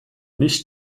nicht